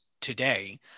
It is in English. today